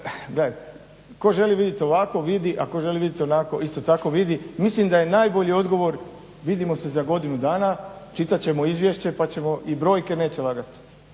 Gledajte, tko želi vidjeti ovako vidi, a tko želi vidjeti onako isto tako vidi. Mislim da je najbolji odgovor vidimo se za godinu dana, čitat ćemo izvješće i brojke neće lagati.